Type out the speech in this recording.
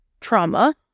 trauma